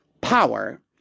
power